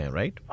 right